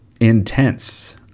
intense